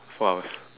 four hours